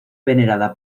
venerada